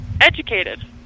Educated